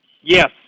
Yes